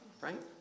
right